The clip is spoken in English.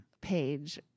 page